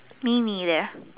me neither